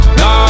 no